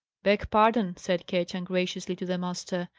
beg pardon, said ketch, ungraciously, to the master.